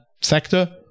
sector